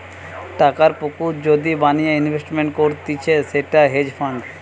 টাকার পুকুর যদি বানিয়ে ইনভেস্টমেন্ট করতিছে সেটা হেজ ফান্ড